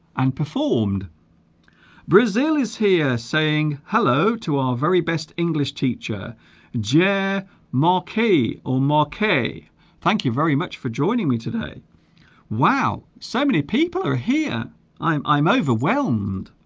and performed brazil is here saying hello to our very best english teacher jer yeah markie or markie thank you very much for joining me today wow so many people are here i'm i'm overwhelmed